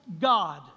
god